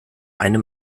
eine